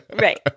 Right